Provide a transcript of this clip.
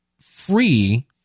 free